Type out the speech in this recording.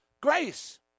grace